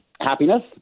happiness